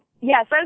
Yes